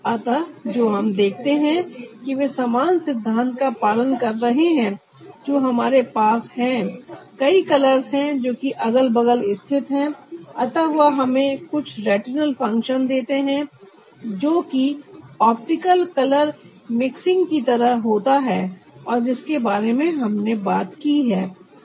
अतः जो हम देखते हैं कि वे समान सिद्धांत का पालन कर रहे हैं जो हमारे पास है कई कलर्स हैं जो कि अगल बगल स्थित है अतः वह हमें कुछ रेटिनल फंक्शन देते हैं जोकि ऑप्टिकल कलर मिक्सिंग की तरह होता है और जिसके बारे में हमने बात की है